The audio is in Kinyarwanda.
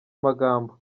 magambo